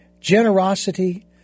generosity